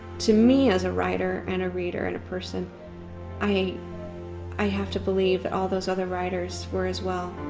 to me as a writer and a reader and a person i i have to believe that all those other writers were as well.